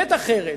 באמת אחרת.